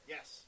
Yes